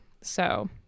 So-